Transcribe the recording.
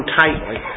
tightly